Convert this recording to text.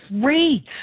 Great